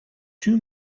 two